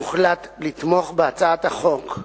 הוחלט לתמוך בהצעת החוק,